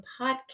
Podcast